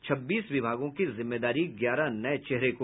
छब्बीस विभागों की जिम्मेदारी ग्यारह नये चेहरे को